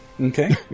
Okay